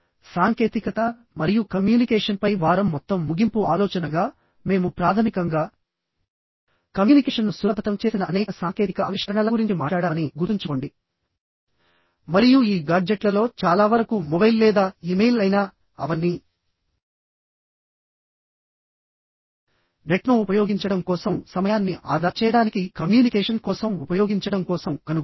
సాంకేతికత మరియు కమ్యూనికేషన్పై వారం మొత్తం ముగింపు ఆలోచనగా మేము ప్రాథమికంగా కమ్యూనికేషన్ను సులభతరం చేసిన అనేక సాంకేతిక ఆవిష్కరణల గురించి మాట్లాడామని గుర్తుంచుకోండి మరియు ఈ గాడ్జెట్లలో చాలా వరకు మొబైల్ లేదా ఇమెయిల్ అయినా అవన్నీ నెట్ను ఉపయోగించడం కోసం సమయాన్ని ఆదా చేయడానికి కమ్యూనికేషన్ కోసం ఉపయోగించడం కోసం కనుగొనబడ్డాయి